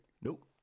Nope